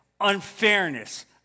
unfairness